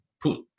put